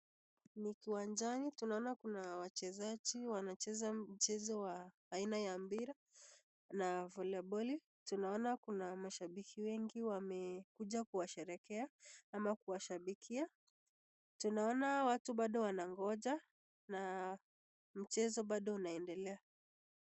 Ni kiwanja tunaona Kuna wachesaji wanacheza mchezo wa Haina ya mpira na volepoli tunaona Kuna mashapiki wengi wamekuja kushetekea ama kuwashapikia tunaona watu pado wanangija mchezo pado inaendelea.